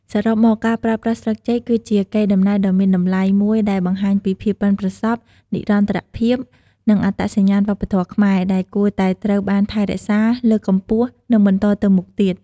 សរុបមក ការប្រើប្រាស់ស្លឹកចេក គឺជា កេរដំណែលដ៏មានតម្លៃ មួយដែលបង្ហាញពីភាពប៉ិនប្រសប់ និរន្តរភាព និងអត្តសញ្ញាណវប្បធម៌ខ្មែរ ដែលគួរតែត្រូវបានថែរក្សា លើកកម្ពស់ និងបន្តទៅមុខទៀត។